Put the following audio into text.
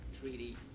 treaty